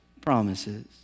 promises